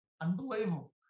Unbelievable